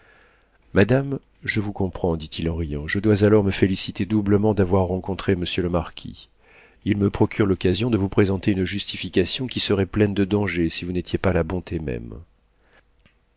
madame je vous comprends dit-il en riant je dois alors me féliciter doublement d'avoir rencontré monsieur le marquis il me procure l'occasion de vous présenter une justification qui serait pleine de dangers si vous n'étiez pas la bonté même